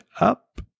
up